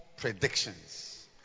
Predictions